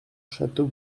château